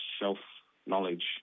self-knowledge